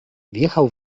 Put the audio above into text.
wjechał